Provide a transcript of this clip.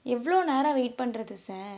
எவ்வளோ நேரம் வெயிட் பண்ணுறது சார்